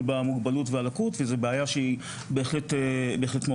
במוגבלות או בלקות וזו בעיה שהיא בהחלט מהותית.